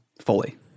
fully